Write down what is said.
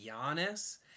Giannis